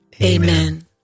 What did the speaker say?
Amen